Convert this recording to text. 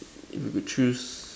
if you could choose